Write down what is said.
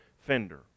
fender